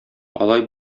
алай